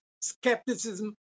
skepticism